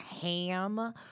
ham